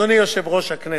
אדוני יושב-ראש הכנסת,